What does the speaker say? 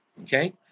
okay